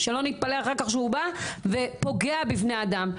שלא נתפלא אחר-כך שהוא ופוגע בבני אדם.